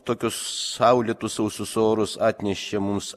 tokius saulėtus sausus orus atnešė mums